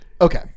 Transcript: Okay